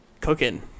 cooking